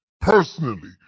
personally